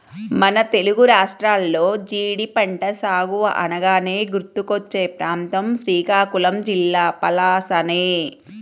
మన తెలుగు రాష్ట్రాల్లో జీడి పంట సాగు అనగానే గుర్తుకొచ్చే ప్రాంతం శ్రీకాకుళం జిల్లా పలాసనే